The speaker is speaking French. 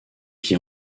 qui